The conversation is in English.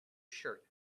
shirt